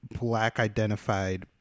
black-identified